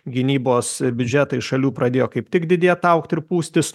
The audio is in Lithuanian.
gynybos biudžetai iš šalių pradėjo kaip tik didėt augt ir pūstis